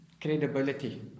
credibility